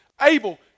able